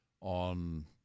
on